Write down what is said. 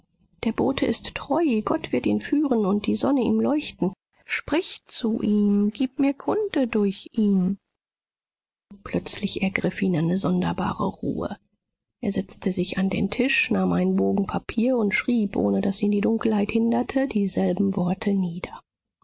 der bote ist treu gott wird ihn führen und die sonne ihm leuchten sprich zu ihm gib mir kunde durch ihn plötzlich ergriff ihn eine sonderbare ruhe er setzte sich an den tisch nahm einen bogen papier und schrieb ohne daß ihn die dunkelheit hinderte dieselben worte nieder